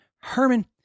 Herman